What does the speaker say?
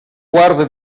guarde